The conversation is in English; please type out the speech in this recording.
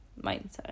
mindset